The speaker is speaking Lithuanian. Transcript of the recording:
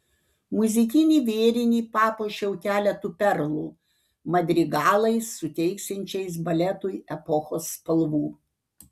muzikinį vėrinį papuošiau keletu perlų madrigalais suteiksiančiais baletui epochos spalvų